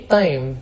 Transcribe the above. time